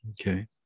Okay